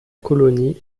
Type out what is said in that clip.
colonie